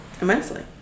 Immensely